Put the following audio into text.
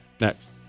Next